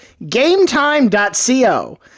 GameTime.co